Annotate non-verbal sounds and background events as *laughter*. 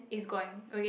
*breath*